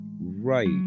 right